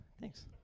thanks